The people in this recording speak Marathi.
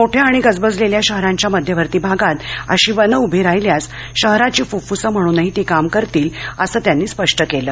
मोठ्या आणि गजबजलेल्या शहरांच्या मध्यवर्ती भागात अशी वने उभी राहिल्यास शहराची फूफ्फूसे म्हणूनही ती काम करतील असं त्यांनी स्पष्ट केलं